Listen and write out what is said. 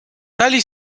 tali